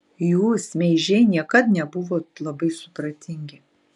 jūs meižiai niekad nebuvot labai supratingi